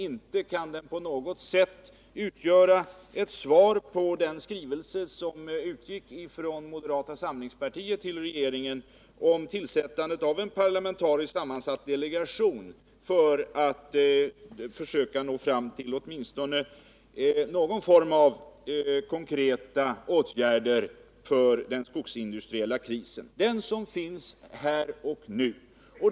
Kan den på något sätt utgöra ett svar på den skrivelse som utgick från moderata samlingspartiet till regeringen om tillsättandet av en parlamentariskt sammansatt delegation för att försöka nå fram till åtminstone någon form av konkreta åtgärder mot den skogsindustriella krisen — den som finns här och nu?